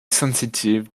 sensitive